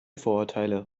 vorurteile